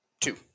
Two